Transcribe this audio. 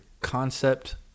concept